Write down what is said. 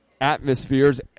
Atmospheres